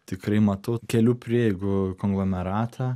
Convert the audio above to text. tikrai matau kelių prieigų konglomeratą